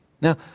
Now